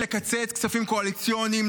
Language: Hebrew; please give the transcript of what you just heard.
לקצץ כספים קואליציוניים,